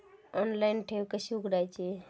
Online ठेव कशी उघडायची?